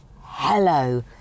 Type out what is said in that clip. hello